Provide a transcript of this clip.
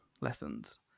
lessons